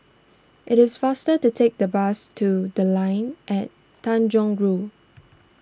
it is faster to take the bus to the Line At Tanjong Rhu